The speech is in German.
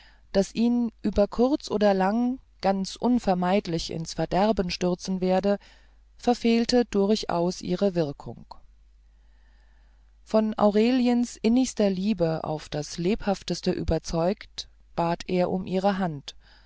das ihn über kurz oder lang ganz unvermeidlich ins verderben stürzen werde verfehlten durchaus ihre wirkung von aureliens innigster liebe auf das lebhafteste überzeugt bat er um ihre hand